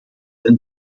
een